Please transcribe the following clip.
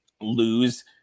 lose